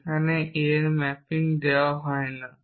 যেখানে a এর mapping দেওয়া হয় না